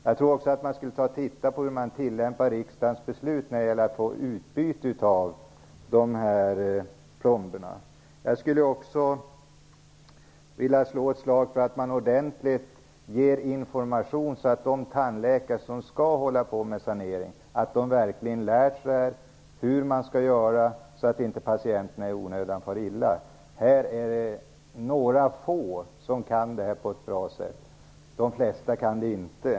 Jag tror också att man borde titta på hur riksdagens beslut tillämpas vid utbyte av plomberna. Jag skulle vilja slå ett slag för att man ger ordentlig information så att de tandläkare som skall hålla på med sanering verkligen lär sig hur de skall göra, så att patienterna inte far illa i onödan. Det är några få som kan göra det på ett bra sätt. De flesta kan det inte.